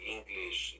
English